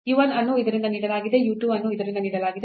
u 1 ಅನ್ನು ಇದರಿಂದ ನೀಡಲಾಗಿದೆ u 2 ಅನ್ನು ಇದರಿಂದ ನೀಡಲಾಗಿದೆ